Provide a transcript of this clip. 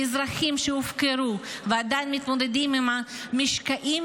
לאזרחים שהופקרו ועדיין מתמודדים עם משקעים